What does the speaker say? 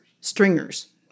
Stringers